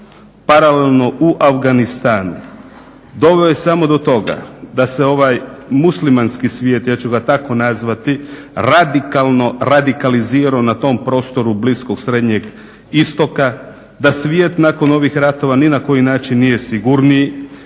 paralelno u Afganistanu doveo je samo do toga da se ovaj muslimanski svijet, ja ću ga tako nazvati, radikalno radikalizirao na tom prostoru Bliskog, Srednjeg istoka. Da svijet nakon ovih ratova ni na koji način nije sigurniji.